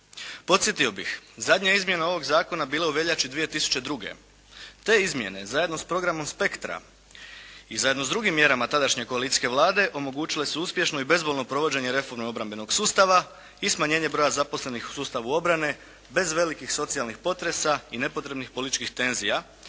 Podsjetio bih zadnja izmjena ovog zakona bila je u veljači 2002. Te izmjene zajedno s programom Spektra i zajedno s drugim mjerama tadašnje koalicijske Vlade omogućile su uspješno i bezbolno provođenje reforme obrambenog sustava i smanjenje broja zaposlenih u sustavu obrane bez velikih socijalnih potresa i nepotrebnih političkih tenzija,